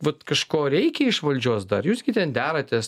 vat kažko reikia iš valdžios dar jūs gi ten deratės